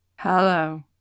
Hello